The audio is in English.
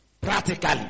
practically